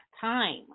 time